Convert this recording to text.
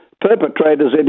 perpetrators